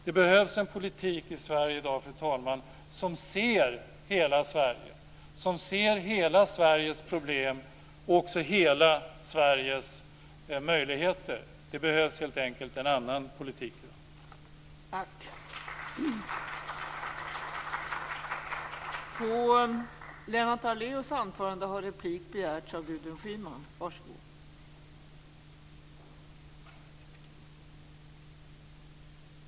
Det behövs en politik i Sverige i dag, fru talman, som ser hela Sveriges problem och också hela Sveriges möjligheter. Det behövs helt enkelt en annan politik i dag.